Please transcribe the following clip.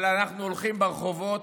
אבל אנחנו הולכים ברחובות,